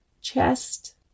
chest